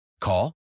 Call